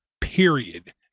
period